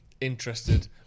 interested